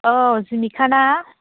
औ जिलिखा ना